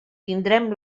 tindrem